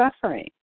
suffering